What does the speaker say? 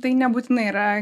tai nebūtinai yra